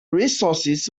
resources